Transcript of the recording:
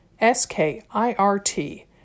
S-K-I-R-T